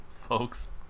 folks